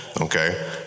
Okay